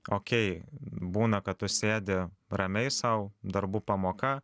okei būna kad tu sėdi ramiai sau darbų pamoka